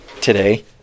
today